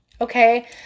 Okay